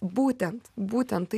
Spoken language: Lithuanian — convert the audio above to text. būtent būtent tai